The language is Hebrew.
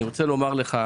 אני מכיר אותך